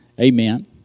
Amen